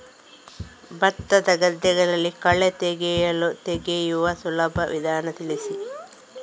ಭತ್ತದ ಗದ್ದೆಗಳಲ್ಲಿ ಕಳೆ ತೆಗೆಯುವ ಸುಲಭ ವಿಧಾನ ತಿಳಿಸಿ?